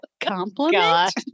compliment